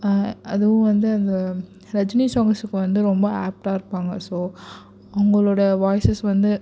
அதுவும் வந்து அந்த ரஜினி சாங்ஸுக்கு வந்து ரொம்ப ஆப்ட்டாக இருப்பாங்க ஸோ அவங்களோடய வாய்சஸ் வந்து